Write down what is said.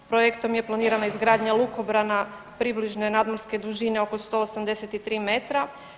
Projektom je planirana izgradnja lukobrana približne nadmorske dužine od 183 metra.